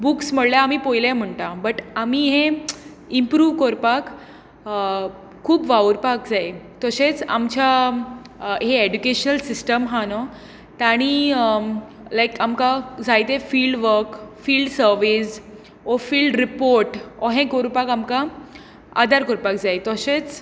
books म्हळ्ळ्या आमी पयलें म्हुणटा बट आमी हें इम्प्रूव करपाक खूब वावुरपाक जाय तशेंच आमच्या हें एड्युकेशल सिस्टम हा न्हू तांणी लायक आमकां जायतें फिल्ड वक फिल्ड सर्वीस वो फिल्ड रिपोर्ट असलें करपाक आमकां आदार करपाक जाय तशेंच